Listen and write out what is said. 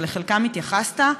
שלחלקם התייחסת,